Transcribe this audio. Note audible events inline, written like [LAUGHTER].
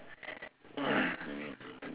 [COUGHS]